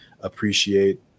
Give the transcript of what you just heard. appreciate